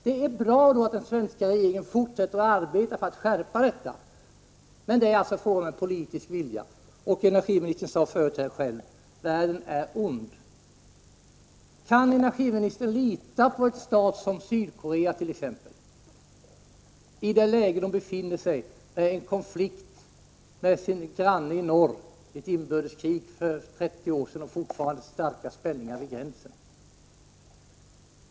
Det är bra att den svenska regeringen fortsätter att arbeta för att skärpa kontrollen, men det är fråga om en politisk vilja. Energiministern sade själv: Världen är ond. Kan energiministern lita på en stat som t.ex. Sydkorea i det läge landet befinner sig i nu med en konflikt med sin granne i norr, ett inbördeskrig sedan 30 år och fortfarande starka spänningar vid gränsen?